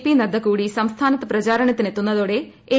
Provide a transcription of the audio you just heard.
P Nadda കൂടി സംസ്ഥാനത്ത് പ്രചാരണത്തിന് എത്തുന്നതോടെ എൻ